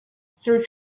through